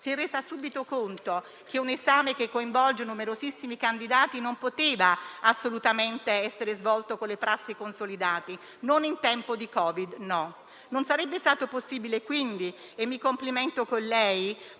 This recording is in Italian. si è resa subito conto che un esame che coinvolge numerosissimi candidati non poteva assolutamente essere svolto con le prassi consolidate, non in tempo di Covid-19: no, non sarebbe stato possibile. Quindi, mi complimento con lei